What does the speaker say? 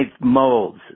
molds